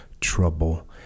trouble